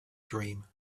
dream